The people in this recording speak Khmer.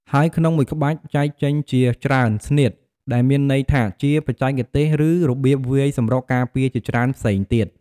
ហើយក្នុងមួយក្បាច់ ចែកចេញជាច្រើន "ស្នៀត" ដែលមានន័យថាជាបច្ចេកទេស ឬរបៀបវាយសម្រុកការពារជាច្រើនផ្សេងគ្នា។